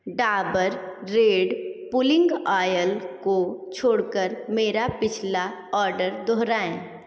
Dabur red pulling oil को छोड़कर मेरा पिछला आर्डर दोहराएँ